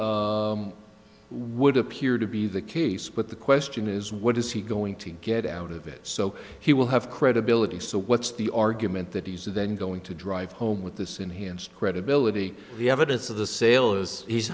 certainly would appear to be the case but the question is what is he going to get out of it so he will have credibility so what's the argument that he's then going to drive home with this enhanced credibility the evidence of the sale is he's